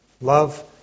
Love